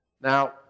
Now